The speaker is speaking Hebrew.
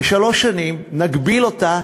ושלוש שנים נגביל אותה,